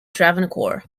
travancore